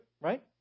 right